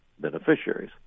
beneficiaries